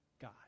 God